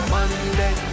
Monday